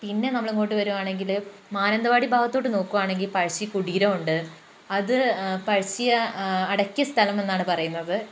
പിന്നെ നമ്മളിങ്ങോട്ട് വരുവാണെങ്കില് മാനന്തവാടി ഭാഗത്തോട്ട് നോക്കുവാണെങ്കി പഴശ്ശിക്കുടീരമുണ്ട് അത് പഴശ്ശിയെ അടക്കിയ സ്ഥലമെന്നാണ് പറയുന്നത്